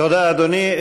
תודה, אדוני.